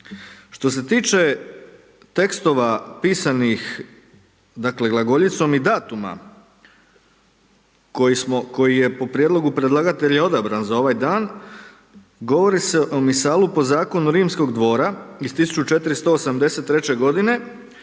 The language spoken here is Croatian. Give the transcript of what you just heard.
Što se tiče tekstova pisanih, dakle glagoljicom i datuma koji smo, koji je po prijedlogu predlagatelja odabran za ovaj dan govori se o Misalu po zakonu rimskog dvora iz 1483. godine,